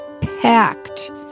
packed